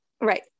right